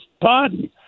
pardon